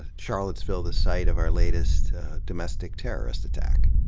charlottesville, the site of our latest domestic terrorist attack.